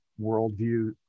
worldview